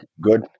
good